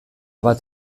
bat